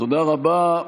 תודה רבה.